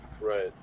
Right